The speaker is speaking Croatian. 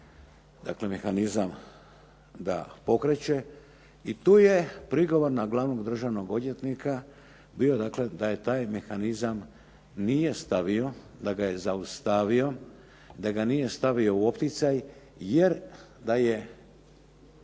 mehanizam da pokreće i tu je prigovor na glavnog državnog odvjetnika bio da taj mehanizam nije stavio, da ga je zaustavio, da ga nije stavio u opticaj jer da je